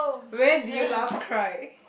when did you last cry